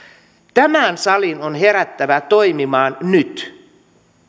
tämän salin on herättävä toimimaan nyt